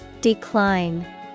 decline